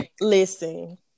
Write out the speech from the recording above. listen